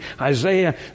Isaiah